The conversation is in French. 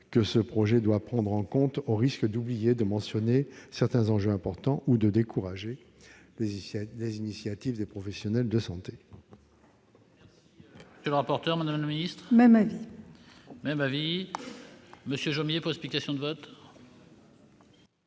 que ce projet doit prendre en compte, au risque d'oublier de mentionner certains enjeux importants ou de décourager les initiatives des professionnels de santé.